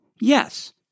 Yes